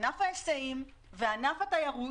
ענף ההיסעים וענף התיירות,